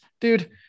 Dude